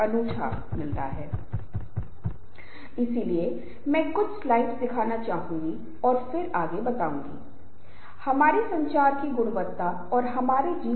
अब जब भी समूह में टकराव होता है तो इसे केवल विचारों की लड़ाई के रूप में नहीं देखा जाना चाहिए बल्कि एक ऐसे युद्धक व्यक्ति के रूप में देखा जाना चाहिए जिसके पास विचार हैं